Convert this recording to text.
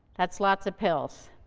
that's lots of pills.